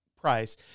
price